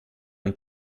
und